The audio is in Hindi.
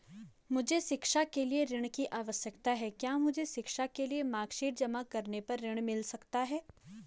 मुझे शिक्षा के लिए ऋण की आवश्यकता है क्या मुझे शिक्षा के लिए मार्कशीट जमा करने पर ऋण मिल सकता है?